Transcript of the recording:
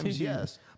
yes